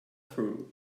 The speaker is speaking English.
through